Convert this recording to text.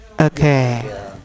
Okay